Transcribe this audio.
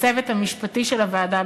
לצוות המשפטי של הוועדה,